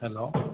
hello